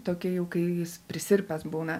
tokį jau kai jis prisirpęs būna